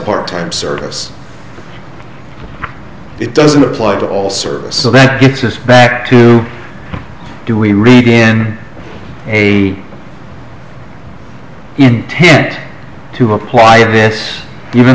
part service it doesn't apply to all service so that gets us back to do we read in a and tend to apply this even